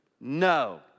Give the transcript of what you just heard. No